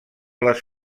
les